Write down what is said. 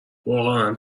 واقعا